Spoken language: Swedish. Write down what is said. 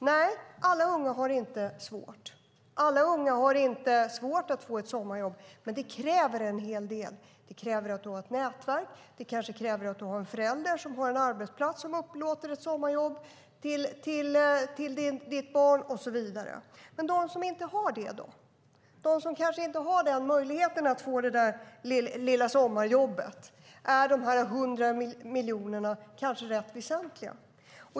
Nej, alla unga har inte svårt att få ett sommarjobb, men det kräver en hel del. Det kräver att du har ett nätverk, det kanske kräver att du som förälder har en arbetsplats som upplåter ett sommarjobb till ditt barn, och så vidare. Men de som inte har det, då? För dem som kanske inte har möjligheten att få det där lilla sommarjobbet är dessa 100 miljoner rätt väsentliga.